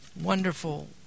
wonderful